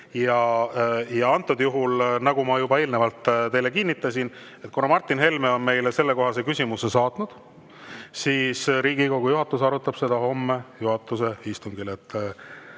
koosseisust. Nagu ma juba eelnevalt teile kinnitasin, kuna Martin Helme on meile sellekohase küsimuse saatnud, siis Riigikogu juhatus arutab seda homme juhatuse istungil. Head